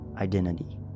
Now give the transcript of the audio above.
identity